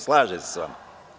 Slažem se sa vama.